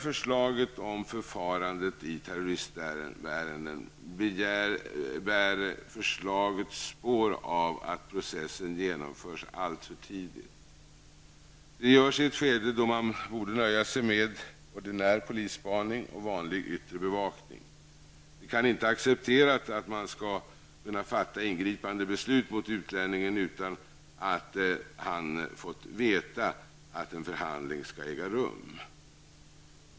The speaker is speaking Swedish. Förslaget om förfarandet i terroristärenden bär spår av att processen genomförs alltför tidigt. Det görs i ett skede då man borde nöja sig med ordinär polisspaning och vanlig yttre bevakning. Det kan inte accepteras att man skall kunna fatta ingripande beslut mot utlänningen utan att han har fått veta att en förhandling skall äga rum.